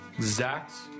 Zach's